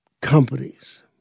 companies